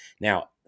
Now